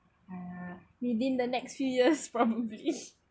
uh within the next few years probably